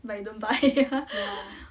but you don't buy